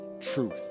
truth